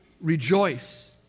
rejoice